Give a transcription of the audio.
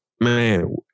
man